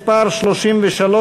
מס' 33,